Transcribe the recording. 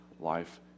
life